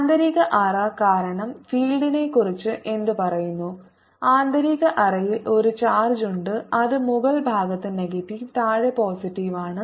ആന്തരിക അറ കാരണം ഫീൽഡിനെക്കുറിച്ച് എന്തു പറയുന്നു ആന്തരിക അറയിൽ ഒരു ചാർജ്ജ് ഉണ്ട് അത് മുകൾ ഭാഗത്ത് നെഗറ്റീവ് താഴെ പോസിറ്റീവ് ആണ്